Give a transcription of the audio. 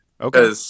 Okay